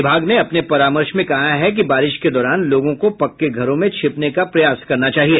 विभाग ने अपने परामर्श में कहा है कि बारिश के दौरान लोगों को पक्के घरों में छिपने का प्रयास करना चाहिए